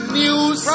news